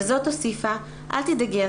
היא הוסיפה: אל תדאגי,